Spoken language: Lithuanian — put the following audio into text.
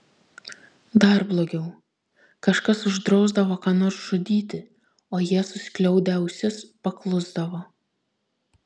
dar blogiau kažkas uždrausdavo ką nors žudyti o jie suskliaudę ausis paklusdavo